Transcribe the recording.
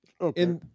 Okay